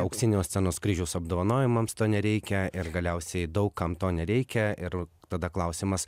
auksinio scenos kryžiaus apdovanojimams to nereikia ir galiausiai daug kam to nereikia ir tada klausimas